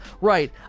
right